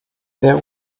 der